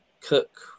Cook